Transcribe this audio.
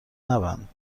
نبند